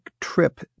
trip